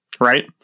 Right